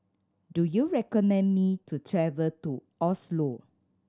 do you recommend me to travel to Oslo